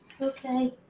Okay